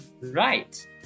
right